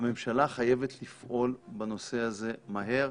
הממשלה חייבת לפעול בנושא הזה מהר.